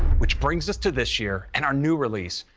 which brings us to this year and our new release,